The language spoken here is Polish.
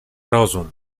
rozum